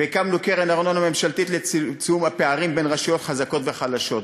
והקמנו קרן ארנונה ממשלתית לצמצום הפערים בין רשויות חזקות וחלשות,